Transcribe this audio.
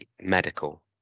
medical